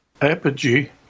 apogee